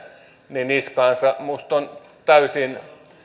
niskaansa minusta on täysin